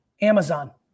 Amazon